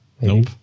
Nope